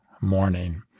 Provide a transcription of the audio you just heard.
morning